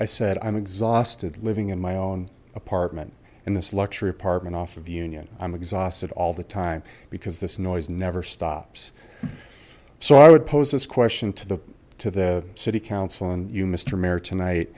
i said i'm exhausted living in my own apartment in this luxury apartment off of the union i'm exhausted all the time because this noise never stops so i would pose this question to the to the city council and you mr